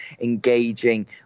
engaging